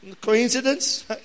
Coincidence